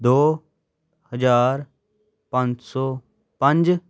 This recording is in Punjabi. ਦੋ ਹਜ਼ਾਰ ਪੰਜ ਸੌ ਪੰਜ